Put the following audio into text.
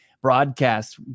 broadcast